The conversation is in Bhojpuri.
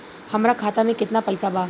हमरा खाता मे केतना पैसा बा?